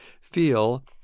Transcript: feel